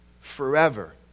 forever